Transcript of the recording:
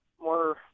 more